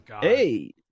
Hey